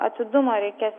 atidumo reikės